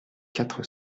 quatre